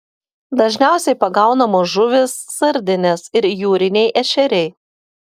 dažniausiai pagaunamos žuvys sardinės ir jūriniai ešeriai